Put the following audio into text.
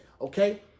Okay